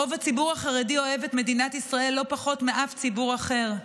רוב הציבור החרדי אוהב את מדינת ישראל לא פחות מכל ציבור אחר,